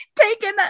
taking